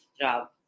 job